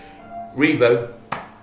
Revo